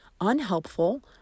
unhelpful